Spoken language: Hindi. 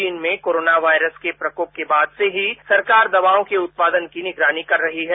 चीन में कोरोना वायरस के प्रकोप के बाद से ही सरकार दवाओं के उत्पादन की निगरानी कर रही है